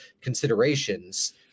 considerations